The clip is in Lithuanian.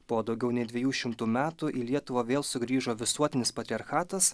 po daugiau nei dviejų šimtų metų į lietuvą vėl sugrįžo visuotinis patriarchatas